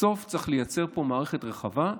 בסוף, צריך לייצר פה מערכת רחבה,